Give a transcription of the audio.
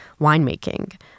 winemaking